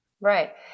Right